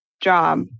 job